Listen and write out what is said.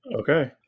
Okay